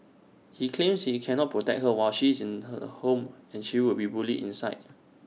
he claims he cannot protect her while she is in her home and she would be bullied inside